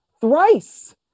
thrice